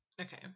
Okay